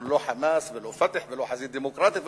אנחנו לא "חמאס" ולא "פתח" ולא "חזית דמוקרטית",